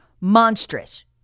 monstrous